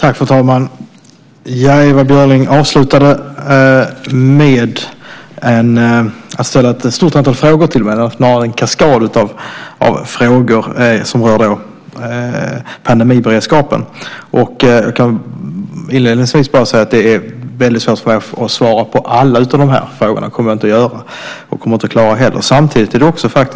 Fru talman! Ewa Björling avslutade med att ställa ett stort antal frågor till mig, snarare en kaskad av frågor, som rör pandemiberedskapen. Jag kan inledningsvis säga att det är väldigt svårt för mig att svara på alla de här frågorna, och det kommer jag inte att göra.